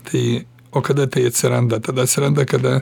tai o kada tai atsiranda tada atsiranda kada